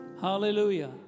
Hallelujah